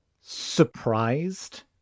surprised